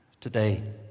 today